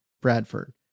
Bradford